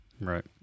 right